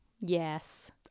Yes